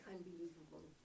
Unbelievable